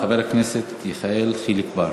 חבר הכנסת יחיאל חיליק בר.